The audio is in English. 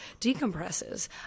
decompresses